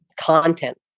content